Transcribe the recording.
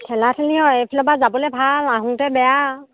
ঠেলা ঠেলি আৰু এইফালৰ পৰা যাবলৈ ভাল আহোঁতে বেয়া